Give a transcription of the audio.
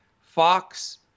Fox